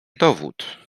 dowód